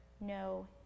no